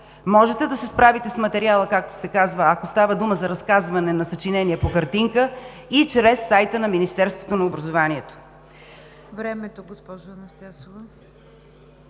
Можете да се справите с материала, както се казва, ако става дума за разказване на съчинение по картинка и чрез сайта на Министерството на образованието.